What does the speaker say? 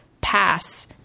pass